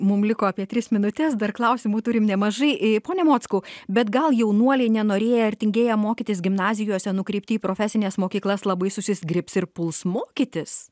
mum liko apie tris minutes dar klausimų turim nemažai pone mockau bet gal jaunuoliai nenorėję ar tingėję mokytis gimnazijose nukreipti į profesines mokyklas labai susizgribs ir puls mokytis